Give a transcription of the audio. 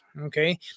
Okay